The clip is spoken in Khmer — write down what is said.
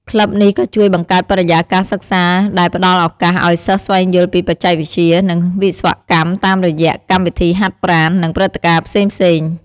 ក្លឹបនេះក៏ជួយបង្កើតបរិយាកាសសិក្សាដែលផ្តល់ឱកាសឲ្យសិស្សស្វែងយល់ពីបច្ចេកវិទ្យា និងវិស្វកម្មតាមរយៈកម្មវិធីហាត់ប្រាណ និងព្រឹត្តិការណ៍ផ្សេងៗ។